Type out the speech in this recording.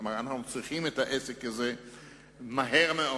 כלומר, אנחנו צריכים את העסק הזה מהר מאוד.